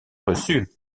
reçu